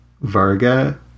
Varga